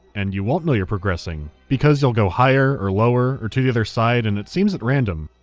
and you won't know you're progressing. because you'll go higher, or lower, or to the other side, and it seems at random.